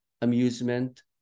amusement